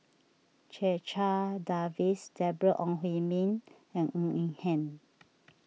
Checha Davies Deborah Ong Hui Min and Ng Eng Hen